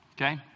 okay